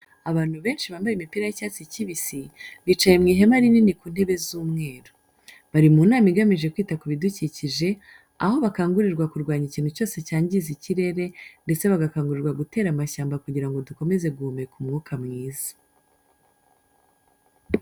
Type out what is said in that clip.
Abantu benshi bambaye imipira y'icyatsi kibisi, bicaye mu ihema rinini ku ntebe z'umweru. Bari mu nama igamije kwita ku bidukikije, aho bakangurirwa kurwanya ikintu cyose cyangiza ikirere ndetse bagakangurirwa gutera amashyamba kugira ngo dukomeze guhumeka umwuka mwiza.